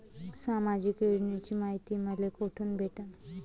सामाजिक योजनेची मायती मले कोठून भेटनं?